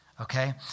Okay